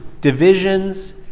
divisions